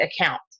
account